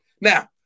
Now